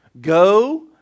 Go